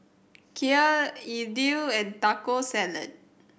Kheer Idili and Taco Salad